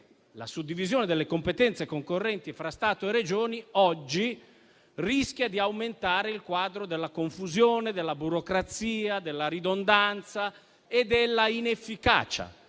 la suddivisione delle competenze concorrenti fra Stato e Regioni oggi rischia di aumentare il quadro della confusione, della burocrazia, della ridondanza e della inefficacia.